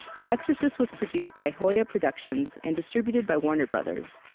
the exorcist was produced by hoya productions and distributed by warner brothers.